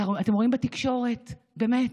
אתם רואים בתקשורת, באמת,